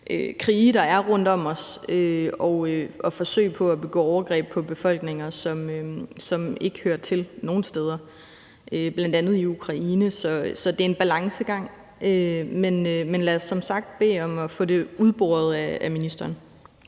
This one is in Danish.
krige, der er rundt om os, og forsøg på at begå overgreb på befolkninger, som ikke hører til nogen steder, bl.a. i Ukraine. Så det er en balancegang, men lad os som sagt bede om at få det udboret af ministeren.